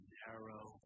narrow